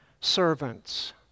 servants